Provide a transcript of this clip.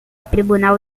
tribunal